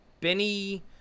Benny